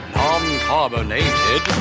non-carbonated